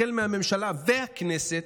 החל מהממשלה והכנסת,